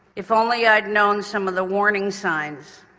if only i'd known some of the warning signs.